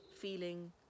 feeling